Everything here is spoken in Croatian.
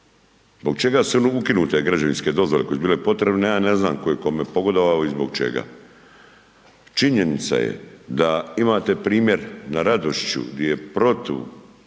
Zbog čega su one ukinute građevinske dozvole koje su bile potrebne, ja ne znam tko je kome pogodovao i zbog čega. Činjenica je da imate primjer na Radošću gdje je protu,